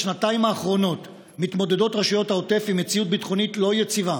בשנתיים האחרונות מתמודדות רשויות העוטף עם מציאות ביטחונית לא יציבה.